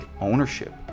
ownership